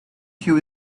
you